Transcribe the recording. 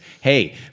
hey